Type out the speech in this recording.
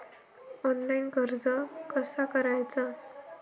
Online कर्ज कसा करायचा?